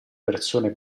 persone